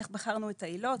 איך בחרנו את העילות.